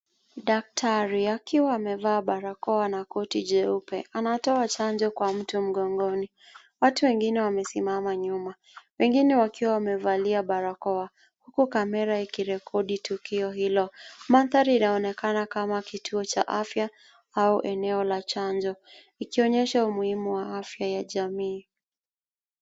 Daktari akiwa amevaa barakoa na koti jeupe. Anatoa chanjo kwa mtu mgongoni. Watu wengine wamesimama nyuma, wengine wakiwa wamevalia barakoa huku kamera ikirekodi tukio hilo. Mandhari inaonekana kama kituo cha afya au eneo la chanjo ikionyesha umuhimu wa afya ya jamii.